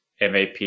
MAP